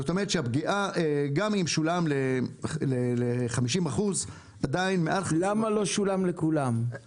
זאת אומרת שגם אם שולם ל- 50%. למה לא שולם לכולם?